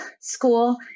school